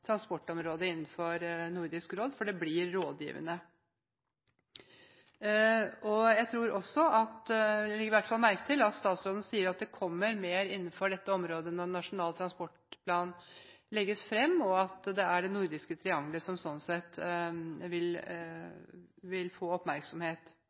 transportområdet innenfor Nordisk råd, for det blir rådgivende. Jeg legger merke til at statsråden sier at det kommer mer innenfor dette området når Nasjonal transportplan legges fram, og at det er det nordiske triangelet som sånn sett vil